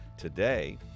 Today